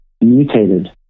mutated